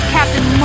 Captain